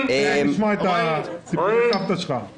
תיכף נשמע את סיפורי סבתא שלך...